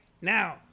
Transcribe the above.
now